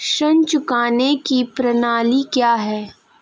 ऋण चुकाने की प्रणाली क्या है?